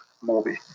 movie